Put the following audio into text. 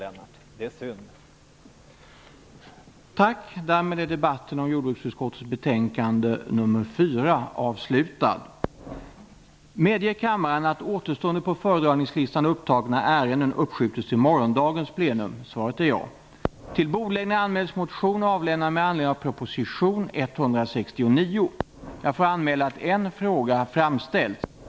Det är synd.